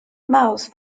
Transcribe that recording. mars